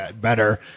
better